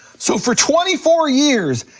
so for twenty four years,